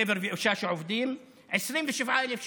גבר ואישה שעובדים, 27,000 שקל.